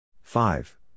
five